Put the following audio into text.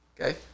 okay